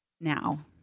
now